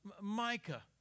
Micah